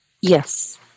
yes